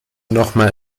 nochmal